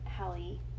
Hallie